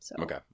Okay